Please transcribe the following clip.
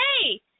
hey